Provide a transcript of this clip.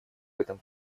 этом